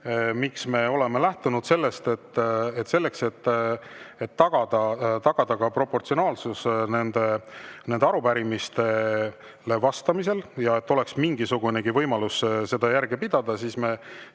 miks me oleme lähtunud põhimõttest, et selleks, et tagada ka proportsionaalsus arupärimistele vastamisel ja et oleks mingisugunegi võimalus seda järge pidada, siis